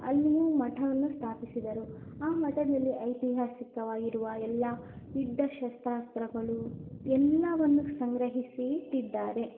ಅಲ್ಲಿಯೂ ಮಠವನ್ನು ಸ್ಥಾಪಿಸಿದರು ಆ ಮಠದಲ್ಲಿ ಐತಿಹಾಸಿಕವಾಗಿರುವ ಎಲ್ಲ ಯುದ್ಧ ಶಸ್ತ್ರಾಸ್ತ್ರಗಳು ಎಲ್ಲವನ್ನೂ ಸಂಗ್ರಹಿಸಿ ಇಟ್ಟಿದ್ದಾರೆ